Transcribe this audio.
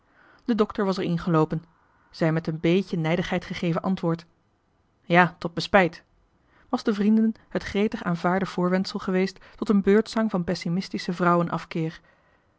de dokter was er ingeloopen zijn met een béétje nijdigheid gegeven antwoord ja tot me spijt was den vrienden het gretig aanvaarde voorwendsel geweest tot een beurtzang van pessimistischen vrouwenafkeer